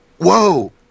whoa